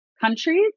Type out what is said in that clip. countries